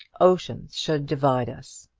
oceans should divide us.